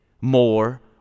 more